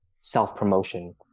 self-promotion